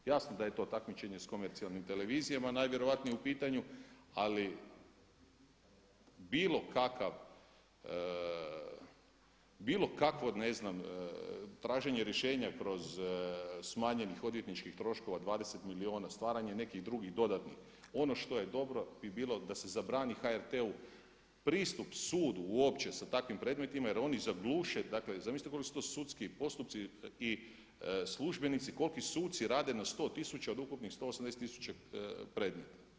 Jasno da je to takmičenje da komercijalnim televizijama najvjerojatnije u pitanju ali bilo kakav, bilo kakvo, ne znam, traženje rješenja kroz smanjenje odvjetničkih troškova 20 milijuna, stvaranje nekih drugih dodatnih, ono što je dobro bi bilo da se zabrani HRT-u pristup sudu uopće sa takvim predmetima jer oni zagluše, dakle zamislite koliki su to sudski postupci i službenici, koliki suci rade na 100 tisuća od ukupnih 180 tisuća predmeta.